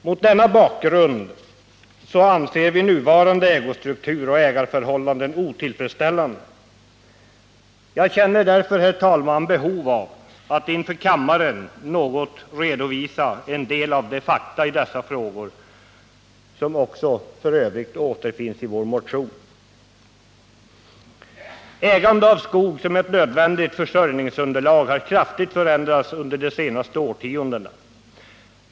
Mot denna bakgrund anser vi nuvarande ägostruktur och ägandeförhållanden otillfredsställande. Jag känner därför, herr talman, behov av att inför kammaren något redovisa en del av de fakta i dessa frågor som f. ö. också återfinns i vår motion. Ägande av skog som ett nödvändigt försörjningsunderlag har kraftigt förändrats under de senaste årtiondena.